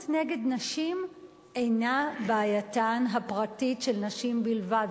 נגד נשים אינה בעייתן הפרטית של נשים בלבד.